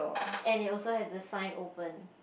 and it also has a sign open